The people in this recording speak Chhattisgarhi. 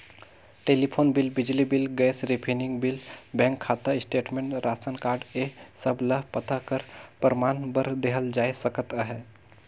टेलीफोन बिल, बिजली bill, gas refilling bill, bank खाता स्टेटमेंट, रासन कारड ए सब ल पता कर परमान बर देहल जाए सकत अहे